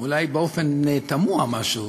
אולי באופן תמוה משהו,